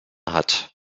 hat